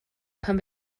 pan